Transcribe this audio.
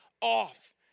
off